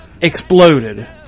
exploded